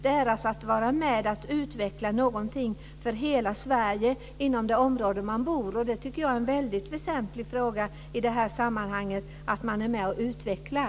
Det handlar om att vara med och utveckla något för hela Sverige inom det område man bor. Jag tycker att det är en väsentlig fråga i det här sammanhanget att man är med och utvecklar.